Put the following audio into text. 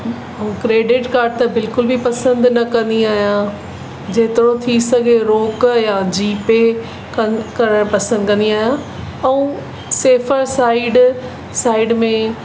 credit card त बिल्कुल बि पसंदि न कंदी आहियां जेतिरो थी सघे रोक या जीपे कनि करणु पसंदि कंदी आहियां ऐं सेफर साइड साइड में